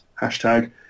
hashtag